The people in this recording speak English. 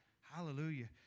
hallelujah